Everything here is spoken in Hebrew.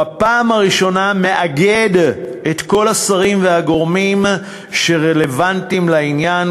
ובפעם הראשונה מאגד את כל השרים והגורמים שרלוונטיים לעניין,